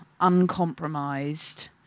uncompromised